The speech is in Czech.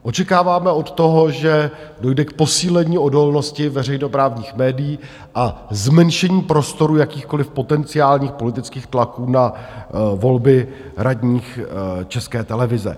Očekáváme od toho, že dojde k posílení odolnosti veřejnoprávních médií a zmenšení prostoru jakýchkoliv potenciálních politických tlaků na volby radních České televize.